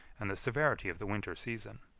and the severity of the winter season.